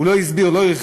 הוא לא הסביר, לא הרחיב.